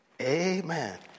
Amen